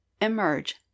emerge